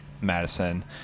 Madison